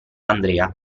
andrea